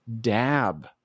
dab